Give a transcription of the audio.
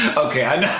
okay,